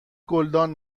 گلدان